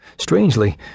Strangely